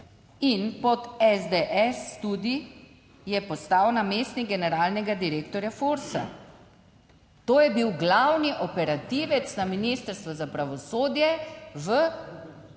in pod SDS tudi je postal namestnik generalnega direktorja FURS. To je bil glavni operativec na Ministrstvu za pravosodje v